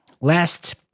last